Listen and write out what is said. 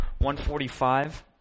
145